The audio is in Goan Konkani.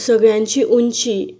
सगळ्यांची उंची